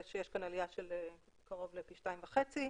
ויש כאן עלייה של קרוב לפי שניים וחצי.